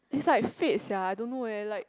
it's like fate sia I don't know eh like